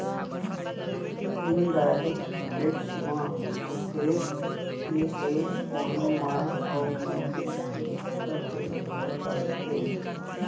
indirect tax म होथे ये के कोनो माल अउ नउकरी के ऊपर टेक्स ह लगथे